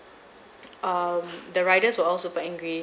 um the riders were all super angry